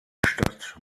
stadt